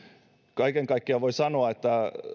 kaiken kaikkiaan voi sanoa että